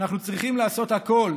אנחנו צריכים לעשות הכול: